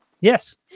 Yes